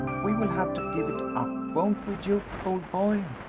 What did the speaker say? we will have to give it up, won't we, duke, old boy?